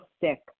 sick